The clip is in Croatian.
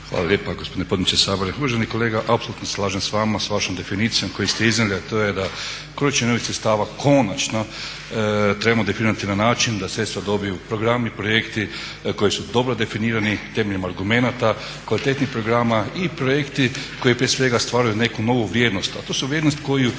Hvala lijepa gospodine potpredsjedniče Sabora. Uvaženi kolega apsolutno se slažem da vama, sa vašom definicijom koju ste iznijeli a to je da …/Govornik se ne razumije./… konačno trebamo definirati na način da sredstva dobiju programi, projekti koji su dobro definirani temeljem argumenata, kvalitetnih programa i projekti koji prije svega stvaraju neku novu vrijednost, a to su vrijednost koju